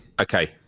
Okay